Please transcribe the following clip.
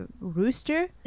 rooster